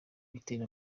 ibiteza